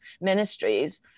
ministries